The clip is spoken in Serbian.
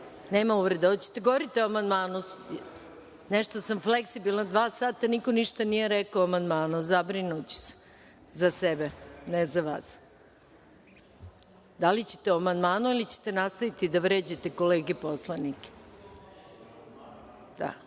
nema uvrede. Hoćete li da govorite o amandmanu? Nešto sam fleksibilna. Dva sata niko ništa nije rekao o amandmanu. Zabrinuću se za sebe, ne za vas. Hoćete li o amandmanu ili ćete nastaviti da vređate kolege poslanike?